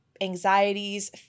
anxieties